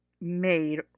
made